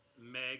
Meg